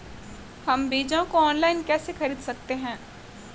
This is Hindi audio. हम बीजों को ऑनलाइन कैसे खरीद सकते हैं?